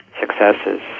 successes